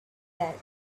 that